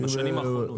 בשנים האחרונות.